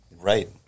Right